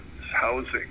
housing